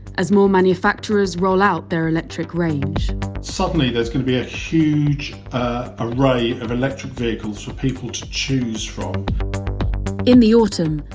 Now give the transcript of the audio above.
as more manufacturers roll out their electric range suddenly, there is going to be a huge array of electric vehicles, for people to choose from in the autumn,